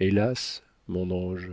hélas mon ange